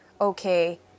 okay